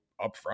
upfront